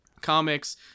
Comics